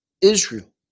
Israel